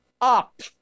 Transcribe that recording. up